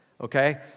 okay